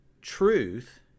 truth